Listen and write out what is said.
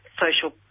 social